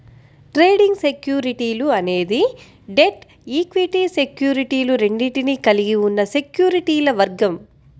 trading సెక్యూరిటీలు అనేది debt, equity సెక్యూరిటీలు రెండింటినీ కలిగి ఉన్న సెక్యూరిటీల వర్గం